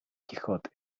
quixote